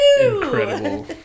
Incredible